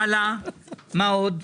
הלאה, מה עוד?